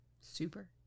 Super